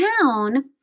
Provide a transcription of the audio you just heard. town